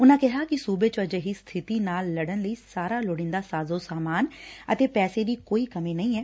ਉਨੁਾਂ ਕਿਹਾ ਕਿ ਸੁਬੇ 'ਚ ਅਜਿਹੀ ਸਬਿਤੀ ਨਾਲ ਲੜਣ ਲਈ ਸਾਰਾ ਲੋਤੀਦਾ ਸਾਜੋ ਸਾਮਾਨ ਅਤੇ ਪੈਸੇ ਦੀ ਕੋਈ ਕਮੀ ਨਹੀਂ ਐ